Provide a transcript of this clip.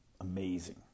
amazing